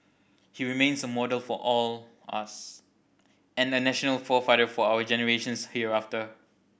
he remains a model for all us and a national forefather for our generations hereafter